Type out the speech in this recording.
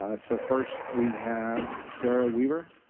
ah so first, we have sarah weaver.